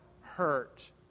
hurt